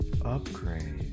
Upgrade